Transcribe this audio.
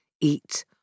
eat